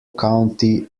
county